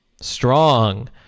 strong